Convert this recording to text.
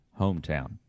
hometown